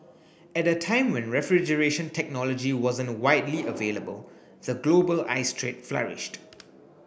at a time when refrigeration technology wasn't widely available the global ice trade flourished